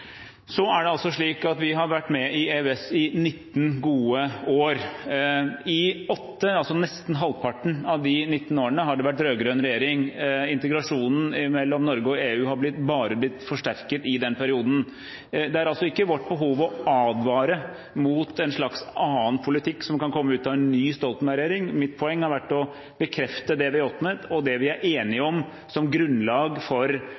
Så er det slik at vi har vært med i EØS i 19 gode år. I åtte – nesten halvparten av de 19 årene – har det vært rød-grønn regjering. Integrasjonen mellom Norge og EU har bare blitt forsterket i den perioden. Vi har altså ikke behov for å advare mot en slags annen politikk som kan komme ut av en ny Stoltenberg-regjering. Mitt poeng har vært å bekrefte det vi har oppnådd, og det vi er enige om som grunnlag for